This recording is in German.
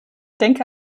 denke